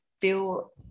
feel